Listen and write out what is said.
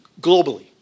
Globally